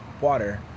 Water